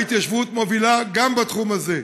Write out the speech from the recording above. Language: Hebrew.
ההתיישבות מובילה גם בתחום הזה.